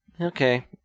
Okay